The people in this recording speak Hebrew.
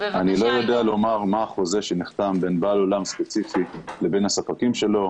אני לא יודע לומר מה החוזה שנחתם בין בעל אולם ספציפי לבין הספקים שלו,